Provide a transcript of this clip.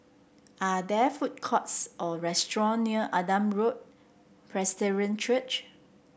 are there food courts or restaurant near Adam Road Presbyterian Church